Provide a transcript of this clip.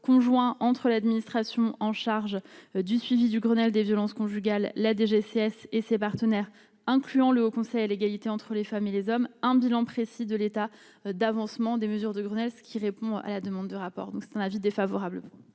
conjoints entre l'administration en charge du suivi du Grenelle des violences conjugales, la DGCCRF et ses partenaires, incluant le Haut Conseil à l'égalité entre les femmes et les hommes, un bilan précis de l'état d'avancement des mesures de graisse qui répond à la demande de rapport donc un avis défavorable.